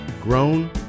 grown